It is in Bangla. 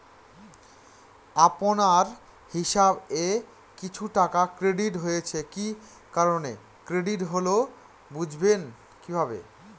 আপনার হিসাব এ কিছু টাকা ক্রেডিট হয়েছে কি কারণে ক্রেডিট হল বুঝবেন কিভাবে?